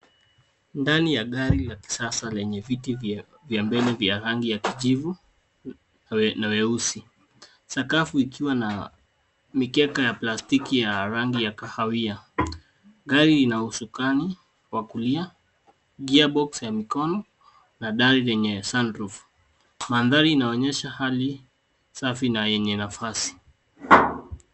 Ndani ya gari la kisasa lenye viti vya mbele vya rangi ya kijivu na weusi. Sakafu ikiwa na mikeka ya plastiki ya rangi ya kahawia. Gari ina usukani wa kulia, gearbox ya mikono na dari yenye sunroof .Mandhari inaonyesha hali safi na yenye nafasi.